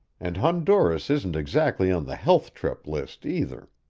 and honduras isn't exactly on the health-trip list, either.